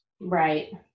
Right